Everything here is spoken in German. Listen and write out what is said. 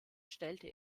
stellte